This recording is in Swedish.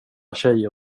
tjejer